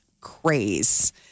craze